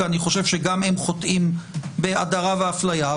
אני חושב שגם הם חוטאים בהדרה ואפליה.